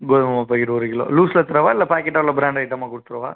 கோதுமை மாவு பாக்கெட் ஒரு கிலோ லூஸில் தரவா இல்லை பாக்கெட்டாக இல்லை ப்ராண்ட் ஐட்டமாக கொடுத்துறவா